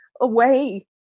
Away